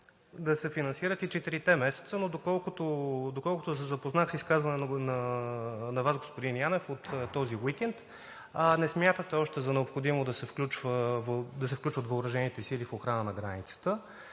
да се финансират и четирите месеца. Доколкото се запознах с изказване от Вас, господин Янев, от този уикенд – още не смятате за необходимо да се включват въоръжените сили в охрана на границата.